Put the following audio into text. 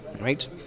right